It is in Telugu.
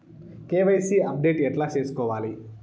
కె.వై.సి అప్డేట్ ఎట్లా సేసుకోవాలి?